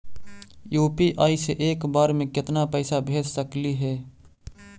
UPI से एक बार मे केतना पैसा भेज सकली हे?